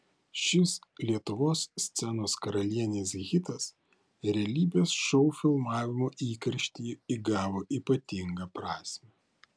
šis lietuvos scenos karalienės hitas realybės šou filmavimo įkarštyje įgavo ypatingą prasmę